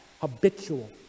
habitual